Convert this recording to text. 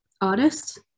artist